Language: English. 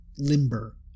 Limber